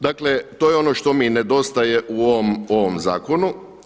Dakle, to je ono što mi nedostaje u ovom zakonu.